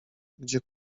gdzie